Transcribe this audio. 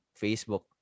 Facebook